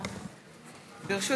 ברשות